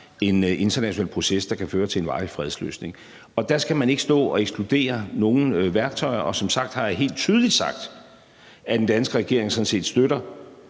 en international proces, der kan føre til en varig fredsløsning. Der skal man ikke kan stå og ekskludere nogen værktøjer, og som sagt har jeg helt tydeligt sagt, at den danske regering sådan set støtter,